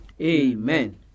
Amen